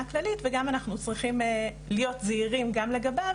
כללית וגם אנחנו צריכים להיות זהירים לגביו,